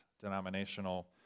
denominational